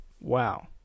Wow